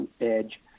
edge